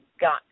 got